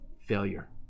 failure